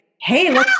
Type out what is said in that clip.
Hey